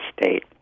State